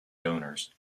donors